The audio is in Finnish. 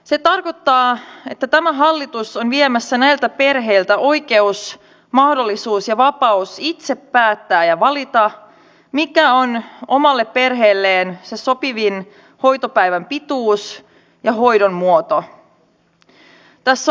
se tarkoittaa että tämä hallitus on viemässä näiltä perheiltä oikeuden mahdollisuuden ja vapauden itse päättää ja valita mikä on omalle perheelle se sopivin hoitopäivän pituus ja hoidon muoto